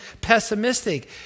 pessimistic